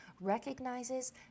recognizes